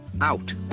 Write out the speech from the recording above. out